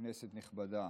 כנסת נכבדה,